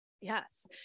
Yes